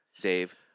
Dave